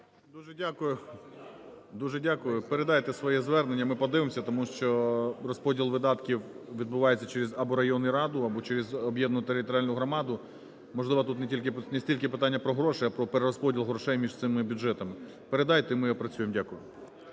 Дуже дякую. Передайте своє звернення, ми подивимося, тому що розподіл видатків відбувається через або району раду, або через об'єднану територіальну громаду. Можливо, тут не стільки питання про гроші, а про перерозподіл грошей між цими бюджетами. Передайте, ми опрацюємо. Дякую.